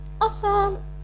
Awesome